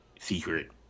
secret